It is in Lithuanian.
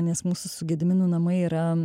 nes mūsų su gediminu namai yra